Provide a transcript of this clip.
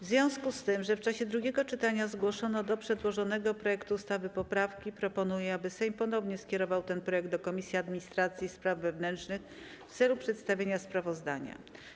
W związku z tym, że w czasie drugiego czytania zgłoszono do przedłożonego projektu ustawy poprawki, proponuję, aby Sejm ponownie skierował ten projekt do Komisji Administracji i Spraw Wewnętrznych w celu przedstawienia sprawozdania.